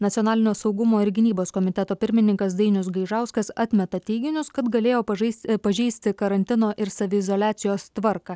nacionalinio saugumo ir gynybos komiteto pirmininkas dainius gaižauskas atmeta teiginius kad galėjo pažais pažeisti karantino ir saviizoliacijos tvarką